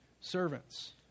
servants